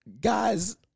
guys